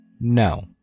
No